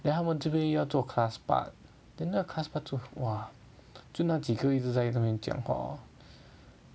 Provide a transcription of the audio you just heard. then 他们这边也要做 class part then the class part 做 !wah! 就那几个一直在那边讲话 lor